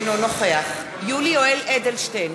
אינו נוכח יולי יואל אדלשטיין,